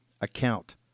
account